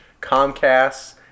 Comcast